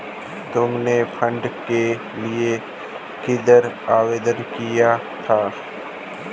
तुमने फंड के लिए किधर आवेदन किया था?